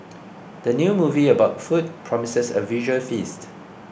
the new movie about food promises a visual feast